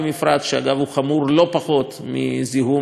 הוא חמור לא פחות מזיהום מהמפעלים.